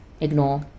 ignore